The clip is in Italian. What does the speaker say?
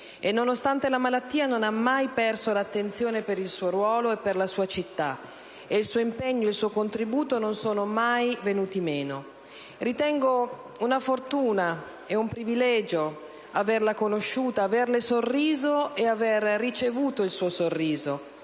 Nonostante la malattia, non ha mai perso l'attenzione per il suo ruolo e la sua città, e il suo impegno ed il suo contributo non sono mai venuti meno. Ritengo una fortuna e un privilegio averla conosciuta, averle sorriso ed aver ricevuto il suo sorriso,